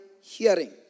hearing